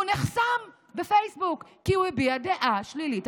הוא נחסם בפייסבוק כי הוא הביע דעה שלילית.